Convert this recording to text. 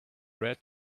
red